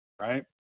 right